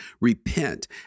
Repent